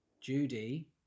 Judy